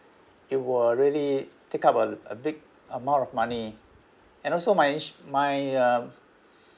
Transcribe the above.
it will really take up a a big amount of money and also my age my uh